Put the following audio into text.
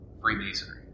Freemasonry